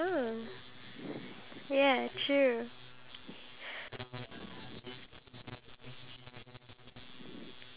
so that I don't have so that I don't have a huge commitment to them or a huge responsibility towards them